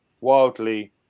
wildly